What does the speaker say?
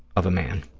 of a man.